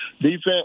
defense